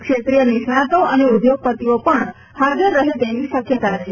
ક્ષેત્રીય નિષ્ણાંતો અને ઉદ્યોગપતિઓ પણ હાજર રહે તેવી શકયતા છે